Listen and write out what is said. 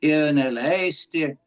ir neleisti